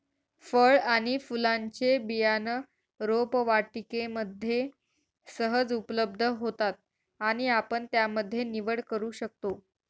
फळ आणि फुलांचे बियाणं रोपवाटिकेमध्ये सहज उपलब्ध होतात आणि आपण त्यामध्ये निवड करू शकतो